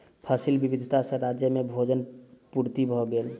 फसिल विविधता सॅ राज्य में भोजन पूर्ति भ गेल